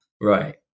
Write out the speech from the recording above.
Right